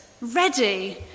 ready